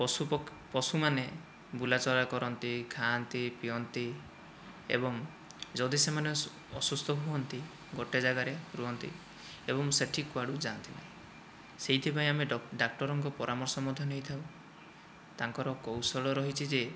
ପଶୁପକ୍ଷୀ ପଶୁମାନେ ବୁଲାଚରା କରନ୍ତି ଖାଆନ୍ତି ପିଅନ୍ତି ଏବଂ ଯଦି ସେମାନେ ଅସୁସ୍ଥ ହୁଅନ୍ତି ଗୋଟିଏ ଯାଗାରେ ରୁହନ୍ତି ଏବଂ ସେଠି କୁଆଡ଼ୁ ଯାଆନ୍ତି ନାହିଁ ସେହିଥିପାଇଁ ଡାକ୍ତରଙ୍କ ପରାମର୍ଶ ମଧ୍ୟ ନେଇଥାଉ ତାଙ୍କର କୌଶଳ ରହିଛି ଯେ